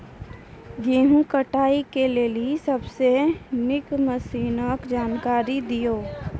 गेहूँ कटाई के लेल सबसे नीक मसीनऽक जानकारी दियो?